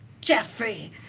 jeffrey